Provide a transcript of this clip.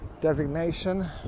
designation